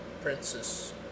Princess